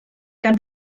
gan